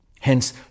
Hence